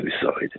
suicide